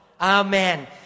Amen